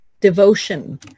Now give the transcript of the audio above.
devotion